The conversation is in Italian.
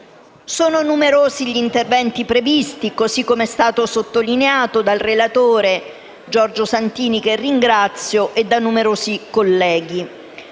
Sono numerosi gli interventi previsti, così come è stato sottolineato dal relatore Giorgio Santini, che ringrazio, e da numerosi colleghi.